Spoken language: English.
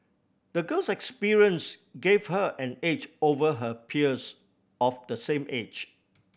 the girl's experience gave her an edge over her peers of the same age